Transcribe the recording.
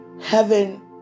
Heaven